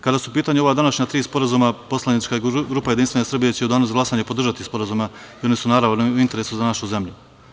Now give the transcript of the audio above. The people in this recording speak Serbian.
Kada su u pitanju ova današnja tri sporazuma, poslanička grupa JS će u danu za glasanje podržati sporazume i oni su, naravno, u interesu za našu zemlju.